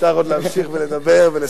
וגם במובן שאפשר עוד להמשיך לדבר ולספר.